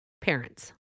parents